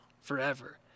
forever